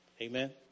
Amen